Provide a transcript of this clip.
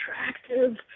attractive